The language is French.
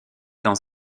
dans